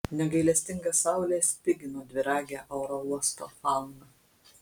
negailestinga saulė spigino dviragę oro uosto fauną